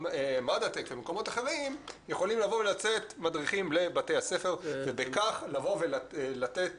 מהמדעטק וממקומות אחרים יכולים לצאת מדריכים לבתי הספר ובכך לבוא ולתת